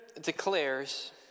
declares